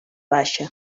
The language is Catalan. baixa